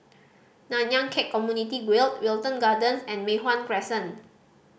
Nanyang Khek Community Guild Wilton Gardens and Mei Hwan Crescent